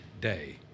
Day